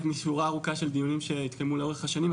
משורה ארוכה של דיונים שהתקיימו לאורך השנים,